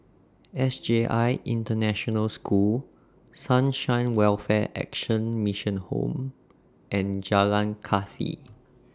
S J I International School Sunshine Welfare Action Mission Home and Jalan Kathi